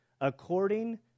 according